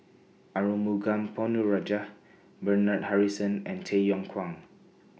Arumugam Ponnu Rajah Bernard Harrison and Tay Yong Kwang